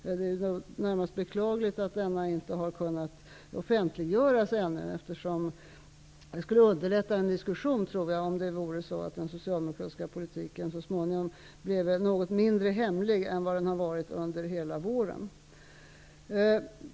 Det är närmast beklagligt att denna inte har kunnat offentliggöras ännu, eftersom det skulle underlätta för en diskussion om den socialdemokratiska politiken så småningom blev något mindre hemlig än vad den har varit under hela våren.